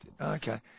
Okay